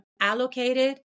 allocated